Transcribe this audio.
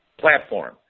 platform